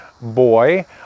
boy